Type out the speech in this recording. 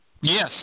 Yes